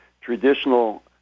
traditional